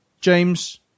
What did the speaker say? james